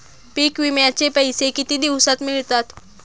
पीक विम्याचे पैसे किती दिवसात मिळतात?